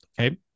okay